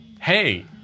hey